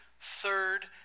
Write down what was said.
third